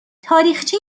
تاریخچه